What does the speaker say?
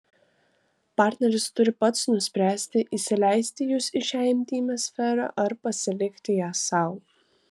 partneris turi pats nuspręsti įsileisti jus į šią intymią sferą ar pasilikti ją sau